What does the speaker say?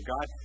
God